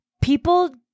people